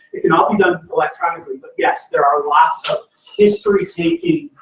it cannot be done electronically, but yes, there are lots of history-taking.